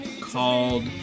called